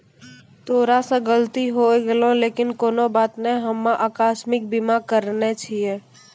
तोरा से गलती होय गेलै लेकिन कोनो बात नै हम्मे अकास्मिक बीमा करैने छिये